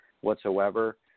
whatsoever